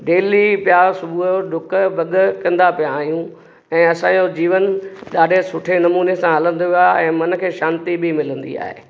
daily पिया सुबुह जो डुक भाॻ कंदा पिया आहियूं ऐं असांजो जीवन ॾाढे सुठे नमूने सां हलंदो आहे ऐं मन खे शांति बि मिलंदी आहे